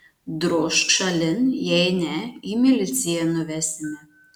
drožk šalin jei ne į miliciją nuvesime